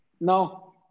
No